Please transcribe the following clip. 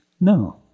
No